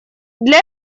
для